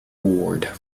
ward